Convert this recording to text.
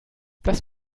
das